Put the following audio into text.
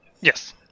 Yes